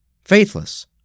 faithless